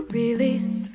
release